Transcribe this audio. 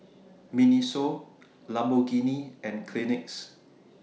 Miniso Lamborghini and Kleenex